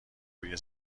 روی